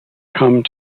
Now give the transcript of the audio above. come